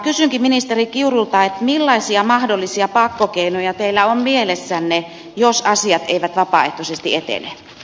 kysynkin ministeri kiurulta millaisia mahdollisia pakkokeinoja teillä on mielessänne jos asiat eivät vapaaehtoisesti etene